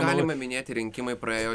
galima minėti rinkimai praėjo